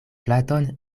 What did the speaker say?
flaton